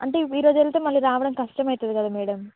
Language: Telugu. అంటే ఈరోజు వెళితే మళ్ళీ రావడం కష్టమవుతుంది కదా మేడమ్